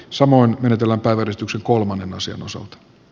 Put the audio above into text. samoin menetellä päivystyksen kolmannen osion osalta c